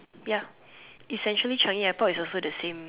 ya essentially Changi airport is also the same